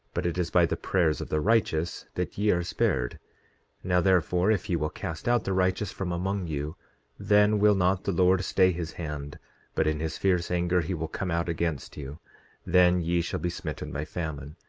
but it is by the prayers of the righteous that ye are spared now therefore, if ye will cast out the righteous from among you then will not the lord stay his hand but in his fierce anger he will come out against you then ye shall be smitten by famine,